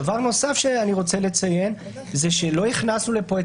דבר נוסף שאני רוצה לציין לא הכנסנו לפה את